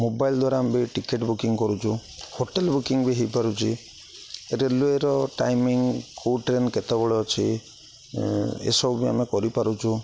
mobile ଦ୍ଵାରା ଆମେ ticket booking କରୁଛୁ ହୋଟେଲ୍ ବୁକିଙ୍ଗ୍ ବି ହୋଇପାରୁଛି ରେଲୱେର ଟାଇମିଂ କେଉଁ ଟ୍ରେନ୍ କେତେବେଳେ ଅଛି ଏସବୁ ବି ଆମେ କରିପାରୁଛୁ